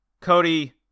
Cody